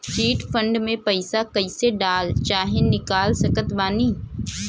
Chit fund मे पईसा कईसे डाल चाहे निकाल सकत बानी?